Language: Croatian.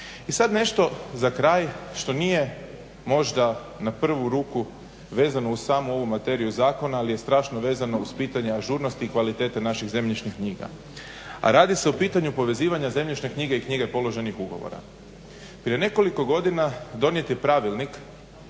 I sad nešto za kraj što nije možda na prvu ruku vezano uz samu ovu materiju zakona, ali je strašno vezano uz pitanje ažurnosti i kvalitete naših zemljišnih knjiga, a radi se o pitanju povezivanju zemljišne knjige i knjige položenih ugovora. Prije nekoliko godina donijet je Pravilnik